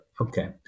okay